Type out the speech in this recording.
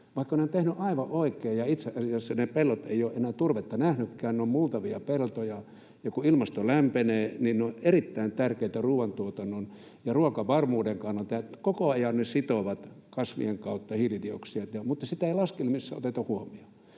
vaikka he ovat tehneet aivan oikein. Itse asiassa ne pellot eivät ole enää turvetta nähneetkään, vaan ne ovat multavia peltoja, ja kun ilmasto lämpenee, ne ovat erittäin tärkeitä ruuantuotannon ja ruokavarmuuden kannalta, ja koko ajan ne sitovat kasvien kautta hiilidioksidia, mutta sitä ei laskelmissa oteta huomioon.